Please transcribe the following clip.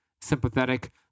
sympathetic